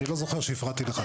אני לא זוכר שהפרעתי לך.